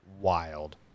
wild